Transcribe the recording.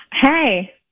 hey